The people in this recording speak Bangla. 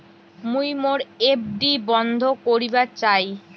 মুই মোর এফ.ডি বন্ধ করিবার চাই